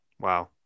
Wow